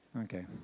okay